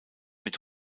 mit